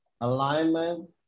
Alignment